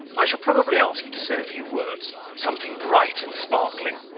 i shall probably ask you to say a few words something bright and sparkling.